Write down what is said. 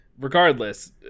regardless